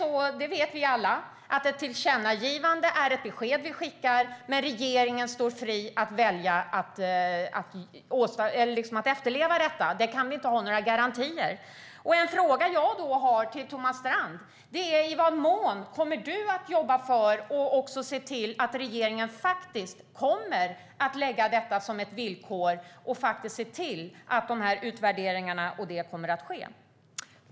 Vi vet alla att ett tillkännagivande är ett besked till regeringen, men regeringen står fri i fråga om efterlevnaden av tillkännagivandet. Det finns inga garantier. Jag har en fråga till Thomas Strand. I vad mån kommer Thomas Strand att jobba för och se till att regeringen kommer att lägga till detta förslag som ett villkor och se till att utvärderingarna kommer att ske?